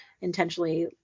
intentionally